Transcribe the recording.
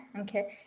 okay